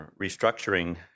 restructuring